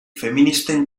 feministen